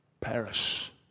perish